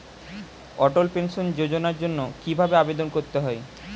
অটল pension যোজনার জন্য কি ভাবে আবেদন করতে হয়?